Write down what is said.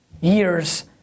years